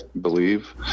believe